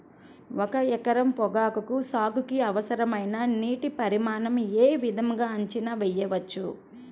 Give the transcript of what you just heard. ఒక ఎకరం పొగాకు సాగుకి అవసరమైన నీటి పరిమాణం యే విధంగా అంచనా వేయవచ్చు?